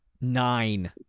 nine